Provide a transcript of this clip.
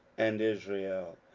and israel,